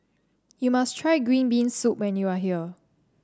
you must try Green Bean Soup when you are here